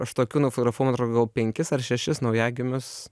aš tokių nufotografavau man atrodo gal penkis ar šešis naujagimius